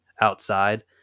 outside